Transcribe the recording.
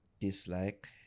dislike